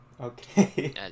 Okay